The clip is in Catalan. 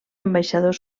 ambaixador